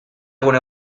gune